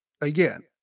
Again